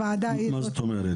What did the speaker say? הוועדה היא זו --- מה זאת אומרת?